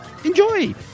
Enjoy